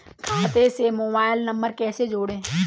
खाते से mobile number कैसे जोड़ें?